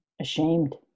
ashamed